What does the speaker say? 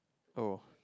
oh